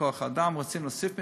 כוח-אדם, רוצים להוסיף מיטות.